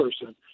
person